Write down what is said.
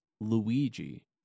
luigi